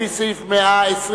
לפי סעיף 121,